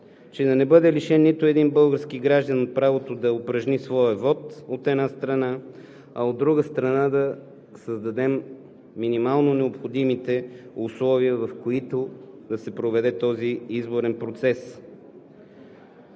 че да не бъде лишен нито един български гражданин от правото да упражни своя вот, от една страна, а от друга страна, да създадем минимално необходимите условия, в които да се проведе този изборен процес.